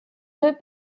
deux